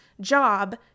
job